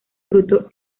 fruto